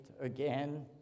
again